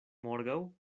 morgaŭ